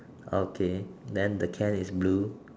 okay then the can is blue